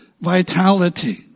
vitality